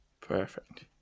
Perfect